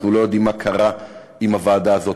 אנחנו לא יודעים מה קרה עם הוועדה הזאת,